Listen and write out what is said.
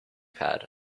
pad